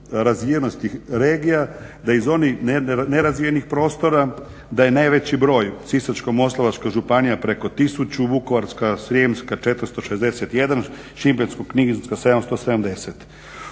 razvijenosti regija da iz onih nerazvijenih prostora da je najveći broj u Sisačko-moslavačkoj županija preko tisuću, Vukovarsko-srijemska 461, Šibensko-kninska 770.